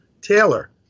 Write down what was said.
Taylor